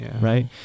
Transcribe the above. right